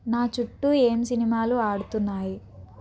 నా చుట్టూ ఏం సినిమాలు ఆడుతున్నాయి